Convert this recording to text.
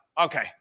Okay